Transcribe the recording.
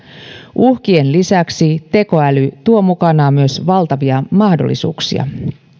uhkien lisäksi tekoäly tuo mukanaan myös valtavia mahdollisuuksia